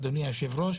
אדוני היושב-ראש,